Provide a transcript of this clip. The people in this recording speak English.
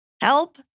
Help